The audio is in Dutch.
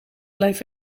blijf